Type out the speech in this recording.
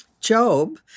Job